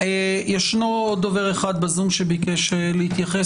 ישנו עוד דובר אחד בזום שביקש להתייחס,